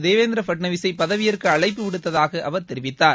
தேவேந்திர பட்னாவிசை பதவியேற்க அழைப்பு விடுத்ததாக அவர் தெரிவித்தார்